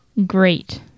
great